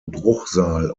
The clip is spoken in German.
bruchsal